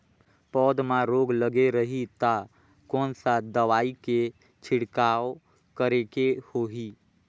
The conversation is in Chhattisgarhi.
पौध मां रोग लगे रही ता कोन सा दवाई के छिड़काव करेके होही?